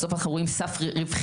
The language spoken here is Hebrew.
בסוף אנחנו רואים סף רווחיות,